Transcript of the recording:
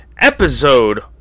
episode